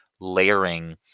layering